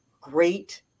great